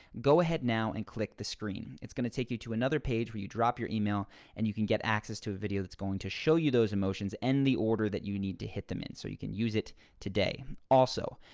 go ahead now and click the screen. it's going to take you to another page where you drop your email and you can get access to a video that's going to show you those emotions and the order that you need to hit them in so you can use it today. also,